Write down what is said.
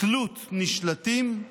תלות נשלטים,